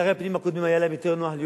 שרי הפנים הקודמים, היה להם כנראה